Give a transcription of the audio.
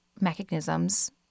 mechanisms